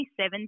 2017